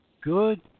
good